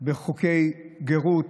בחוקי גרות